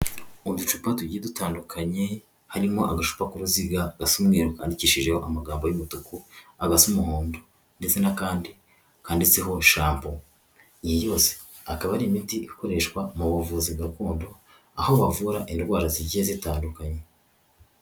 Uducupa tugiye dutandukanye, harimo agacupa k'uruziga gasa umweru kandikishijeho amagambo y'umutuku, agasa umuhondo ndetse n'akandi kanditseho shampo. Iyi yose akaba ari imiti ikoreshwa mu buvuzi gakondo aho bavura indwara zigiye zitandukanye.